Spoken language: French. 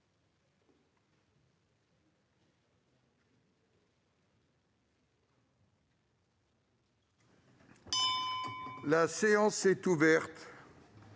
La séance est ouverte.